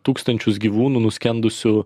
tūkstančius gyvūnų nuskendusių